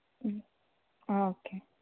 okay